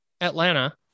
Atlanta